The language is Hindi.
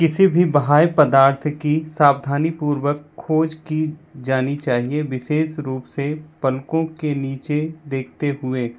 किसी भी बाह्य पदार्थ की सावधानीपूर्वक खोज की जानी चाहिए विशेष रूप से पलकों के नीचे देखते हुए